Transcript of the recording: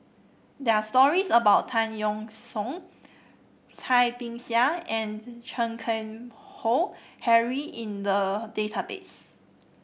there are stories about Tan Yeok Seong Cai Bixia and Chan Keng Howe Harry in the database